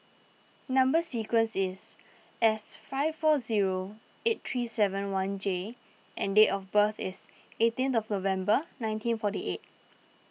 Number Sequence is S five four zero eight three seven one J and date of birth is eighteenth of November nineteen forty eight